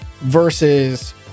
versus